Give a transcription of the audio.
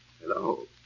Hello